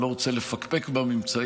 אני לא רוצה לפקפק בממצאים,